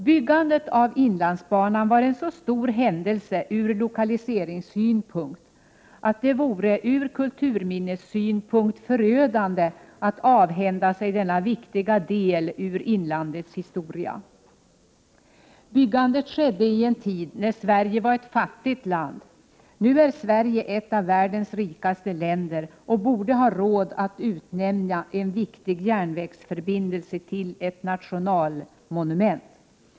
Byggandet av inlandsbanan var en så stor händelse lokaliseringsmässigt att det vore förödande ur kulturminnessynpunkt att avhända sig denna viktiga del av inlandets historia. Byggandet skedde i en tid då Sverige var ett fattigt land. Nu är Sverige ett av världens rikaste länder och borde ha råd att utnämna en viktig järnvägsförbindelse till nationalmonument.